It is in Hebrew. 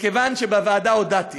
מכיוון שבוועדה הודעתי